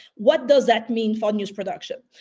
what does that mean for news production?